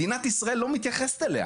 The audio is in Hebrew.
מדינת ישראל לא מתייחסת אליה